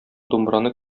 думбраны